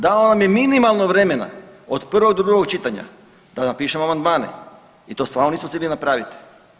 Dano nam je minimalno vremena od prvog do drugog čitanja da napišemo amandmane i to stvarno nismo stigli napraviti.